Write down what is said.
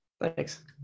Thanks